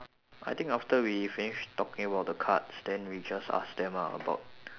I think after we finish talking about the cards then we just ask them ah about